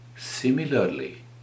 Similarly